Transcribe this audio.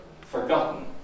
forgotten